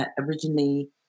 Originally